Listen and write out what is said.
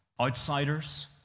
Outsiders